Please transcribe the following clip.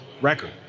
record